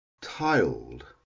Tiled